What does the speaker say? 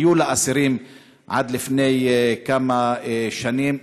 היו לאסירים עד לפני כמה שנים.